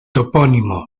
topónimo